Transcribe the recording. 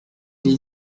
les